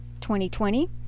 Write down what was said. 2020